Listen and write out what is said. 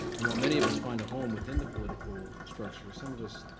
and while many of us find a home within the political structure, some of us